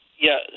Yes